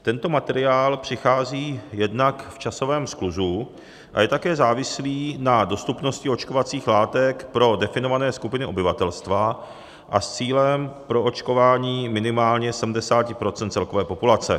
Tento materiál přichází jednak v časovém skluzu a je také závislý na dostupnosti očkovacích látek pro definované skupiny obyvatelstva a s cílem proočkování minimálně 70 % celkové populace.